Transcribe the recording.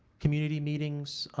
community meetings.